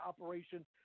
operation